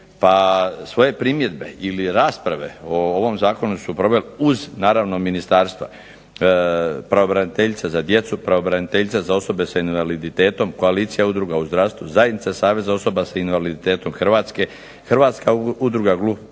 Pa svoje primjedbe ili rasprave o ovom zakonu su proveli uz naravno ministarstva pravobraniteljica za djecu, pravobraniteljica za osobe sa invaliditetom, koalicija udruga u zdravstvu, zajednica Saveza osoba sa invaliditetom Hrvatske, Hrvatska udruga gluho